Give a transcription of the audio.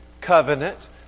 covenant